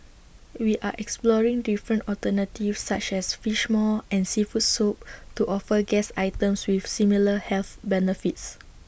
we are exploring different alternatives such as Fish Maw and Seafood Soup to offer guests items with similar health benefits